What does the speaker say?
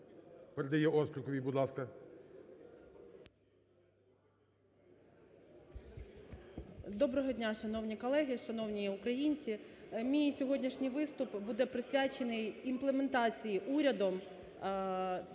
Доброго дня, шановні колеги, шановні українці, мій сьогоднішній виступ буде присвячений імплементації урядом